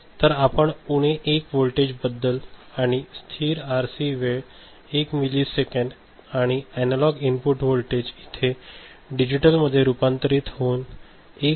तर आपण उणे 1 वोल्टेज बद्दल आणि स्थिर आरसी वेळ 1 मिलिसेकंद आणि अनालॉग इनपुट वोल्टेज इथे डिजिटल मध्ये रूपांतरित होऊन 1